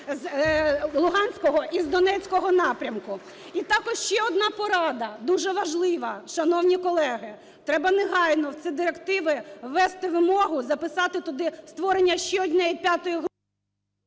з луганського і донецького напрямку. І також ще одна порада, дуже важлива. Шановні колеги, треба негайно в ці директиви ввести вимогу, записати туди створення ще однієї п'ятої …